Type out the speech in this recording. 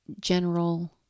general